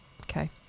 Okay